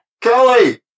Kelly